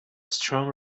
strong